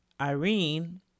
Irene